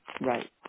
Right